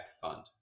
fund